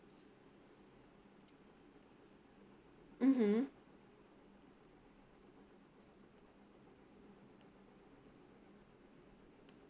mmhmm